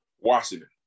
Washington